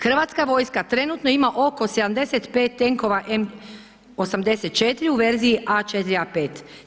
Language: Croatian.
Hrvatska vojska trenutno ima oko 75 tenkova M84 u verziji A4 A5.